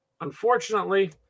unfortunately